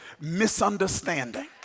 misunderstanding